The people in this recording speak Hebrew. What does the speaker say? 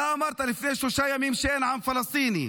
אתה אמרת לפני שלושה ימים שאין עם פלסטיני.